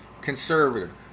conservative